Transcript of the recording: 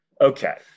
okay